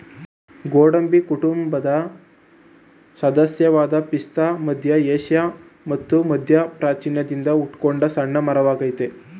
ಗೋಡಂಬಿ ಕುಟುಂಬದ ಸದಸ್ಯವಾದ ಪಿಸ್ತಾ ಮಧ್ಯ ಏಷ್ಯಾ ಮತ್ತು ಮಧ್ಯಪ್ರಾಚ್ಯದಿಂದ ಹುಟ್ಕೊಂಡ ಸಣ್ಣ ಮರವಾಗಯ್ತೆ